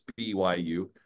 BYU